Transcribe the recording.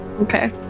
Okay